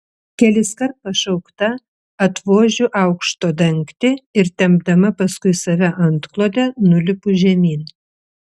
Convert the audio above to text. keliskart pašaukta atvožiu aukšto dangtį ir tempdama paskui save antklodę nulipu žemyn